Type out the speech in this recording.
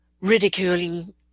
ridiculing